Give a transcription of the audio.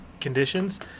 conditions